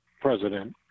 president